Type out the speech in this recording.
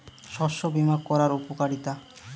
শস্য বিমা করার উপকারীতা?